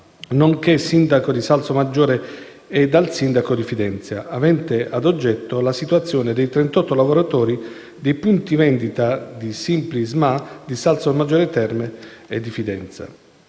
nonché sindaco di Salsomaggiore e dal sindaco di Fidenza - avente ad oggetto la situazione dei 38 lavoratori dei punti vendita Simply SMA di Salsomaggiore Terme e di Fidenza.